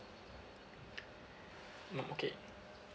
mm okay